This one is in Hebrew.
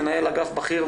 מנהל אגף בכיר,